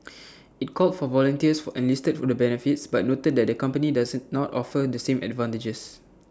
IT called for volunteers for and listed the benefits but noted that the company does not offer the same advantages